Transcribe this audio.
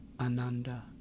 Ananda